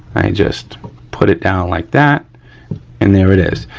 i just put it down like that and there it is.